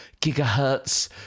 gigahertz